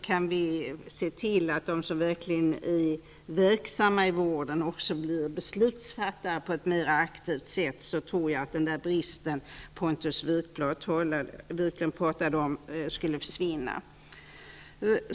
Kan vi se till att de som verkligen är verksamma i vården också blir beslutsfattare på ett mera aktivt sätt, tror jag att de brister som Pontus Wiklund talade om skulle försvinna.